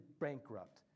bankrupt